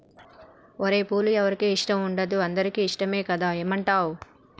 ఓరై పూలు ఎవరికి ఇష్టం ఉండదు అందరికీ ఇష్టమే కదా ఏమంటావ్